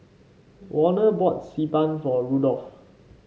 Warner bought Xi Ban for Rudolf